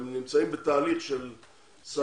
שהם נמצאים בתהליך של לימודים,